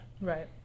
Right